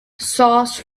sauce